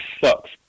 sucks